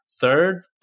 third